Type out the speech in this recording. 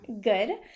Good